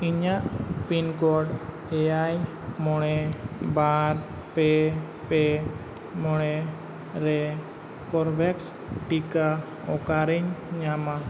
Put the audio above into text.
ᱤᱧᱟᱹᱜ pin code ᱮᱭᱟᱭ ᱢᱚᱬᱮ ᱵᱟᱨ ᱯᱮ ᱯᱮ ᱢᱚᱬᱮ ᱨᱮ ᱠᱚᱨᱵᱮᱵᱷᱮᱠᱥ ᱴᱤᱠᱟᱹ ᱚᱠᱟᱨᱮᱧ ᱧᱟᱢᱟ